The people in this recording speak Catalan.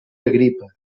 agripa